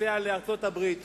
נוסע לארצות-הברית